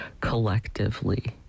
collectively